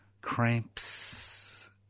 cramps